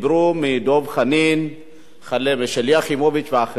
מדב חנין וכלה בשלי יחימוביץ ואחרים,